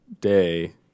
day